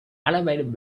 animated